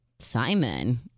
Simon